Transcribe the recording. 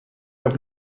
dawk